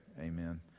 Amen